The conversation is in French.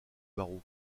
barreau